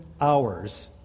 hours